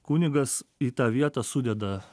kunigas į tą vietą sudeda